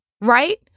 right